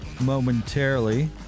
momentarily